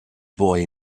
boy